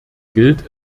gilt